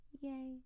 Yay